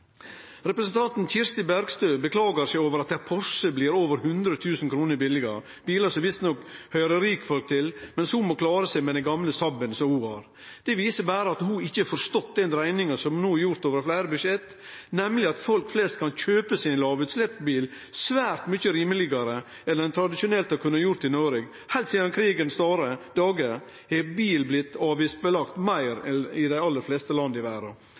Representanten Kirsti Bergstø klagar over at ein Porsche blir over 100 000 kr billigare – ein bil som visstnok høyrer rikfolk til – medan ho må klare seg med den gamle Saab-en ho har. Det viser berre at ho ikkje har forstått den dreiinga som no er gjord over fleire budsjett, nemleg at folk flest no kan kjøpe seg ein lågutsleppsbil svært mykje rimelegare enn ein tradisjonelt har kunna gjere i Noreg. Heilt sidan krigens dagar har bil blitt avgiftsbelasta meir enn i dei aller fleste land i verda.